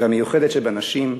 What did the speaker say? והמיוחדת שבנשים,